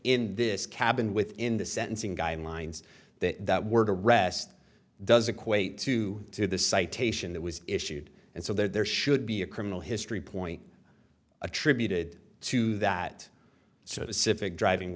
in this cabin within the sentencing guidelines that that word arrest does equate to to the citation that was issued and so there should be a criminal history point attributed to that service if it driving